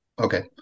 Okay